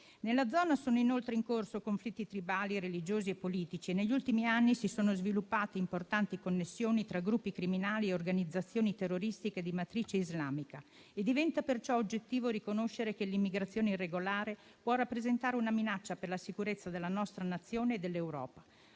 Nella zona sono inoltre in corso conflitti tribali, religiosi e politici, e negli ultimi anni si sono sviluppate importanti connessioni tra gruppi criminali e organizzazioni terroristiche di matrice islamica. Diventa perciò oggettivo riconoscere che l'immigrazione irregolare può rappresentare una minaccia per la sicurezza della nostra Nazione e dell'Europa,